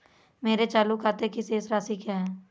मेरे चालू खाते की शेष राशि क्या है?